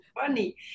funny